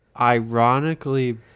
ironically